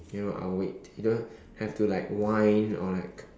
you know I will wait you don't have to like whine or like